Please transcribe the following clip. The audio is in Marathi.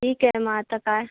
ठीक आहे मग आता काय